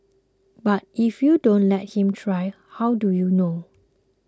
but if you don't let him try how do you know